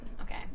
Okay